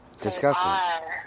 disgusting